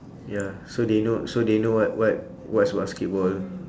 ya so they know so they know what what what's basketball